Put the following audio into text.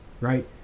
right